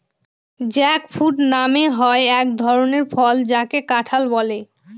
jackfruit মানে হয় এক ধরনের ফল যাকে কাঁঠাল বলে